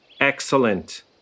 Excellent